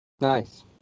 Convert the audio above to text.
nice